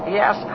yes